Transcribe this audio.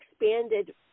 expanded